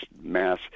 mass